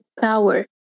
power